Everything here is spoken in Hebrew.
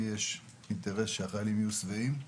יש לי אינטרס שהחיילים יהיו שבעים,